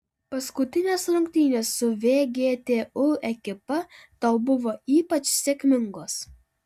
paskutinės rungtynės su vgtu ekipa tau buvo ypač sėkmingos